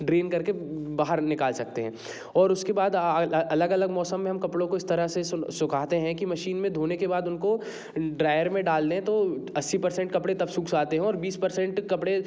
drain कर के बाहर निकाल सकते है और उसके बाद अलग अलग मौसम में हम कपड़ों को हम इस तरह से सुखाते हैं कि मशीन में धोने के बाद उनको ड्रायर में डाल दें तो अस्सी परसेंट कपड़े तब सूख जाते हैं और बीस परसेंट कपड़े